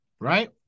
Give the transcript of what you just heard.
right